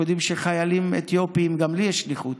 אנחנו יודעים שחיילים אתיופים, גם לי יש שליחות,